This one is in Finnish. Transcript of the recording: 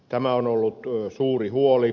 tämä on ollut suuri huoli